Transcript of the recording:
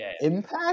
Impact